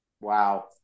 Wow